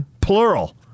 Plural